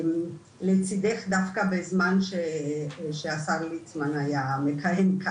"לצידך" דווקא בזמן שהשר ליצמן היה מכהן.